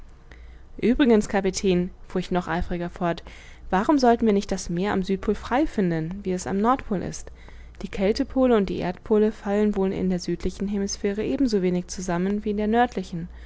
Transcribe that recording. uebrigens kapitän fuhr ich noch eifriger fort warum sollten wir nicht das meer am südpol frei finden wie es am nordpol ist die kältepole und die erdpole fallen wohl in der südlichen hemisphäre eben so wenig zusammen wie in der nördlichen